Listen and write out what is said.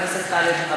יחי ההבדל הקטן.